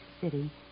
city